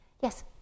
Yes